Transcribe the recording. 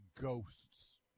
ghosts